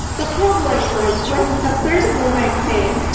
the problem was when the third movement came,